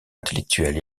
intellectuel